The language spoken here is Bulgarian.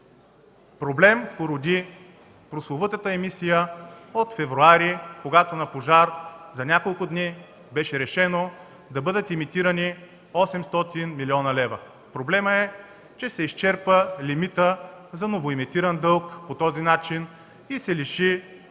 Проблем породи прословутата емисия от месец февруари, когато на пожар за няколко дни беше решено да бъдат емитирани 800 млн. лв. Проблемът е, че се изчерпа лимитът за новоемитиран дълг и по този начин бюджетът се лиши